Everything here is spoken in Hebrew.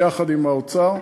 יחד עם האוצר,